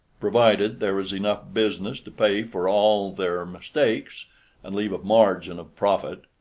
provided there is enough business to pay for all their mistakes and leave a margin of profit.